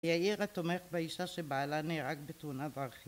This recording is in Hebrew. יאירה תומך באישה שבעלה נהרג בתאונת ארכיבית